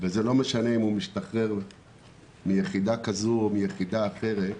ולא משנה אם הוא משתחרר מיחידה כזו או מיחידה אחרת,